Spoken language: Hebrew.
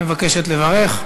מבקשת לברך.